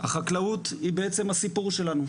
החקלאות היא בעצם הסיפור שלנו,